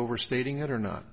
overstating it or not